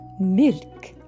milk